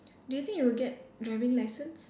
do you think you will get driving licence